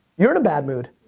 you're in a bad mood?